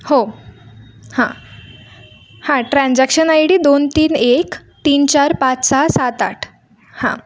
हो हां हां ट्रान्झॅक्शन आय डी दोन तीन एक तीन चार पाच सहा सात आठ हां